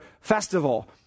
festival